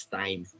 time